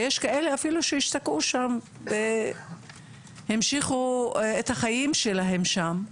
ויש כאלה אפילו שהשתקעו שם והמשיכו את החיים שלהם שם,